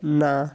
না